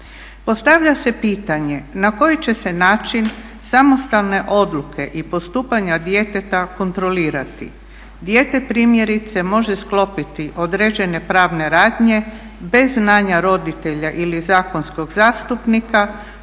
Postavlja se pitanje, na koji će se način samostalne odluke i postupanja djeteta kontrolirati? Dijete primjerice može sklopiti određene pravne radnje bez znanja roditelja ili zakonskog zastupnika,